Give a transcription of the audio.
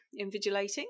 invigilating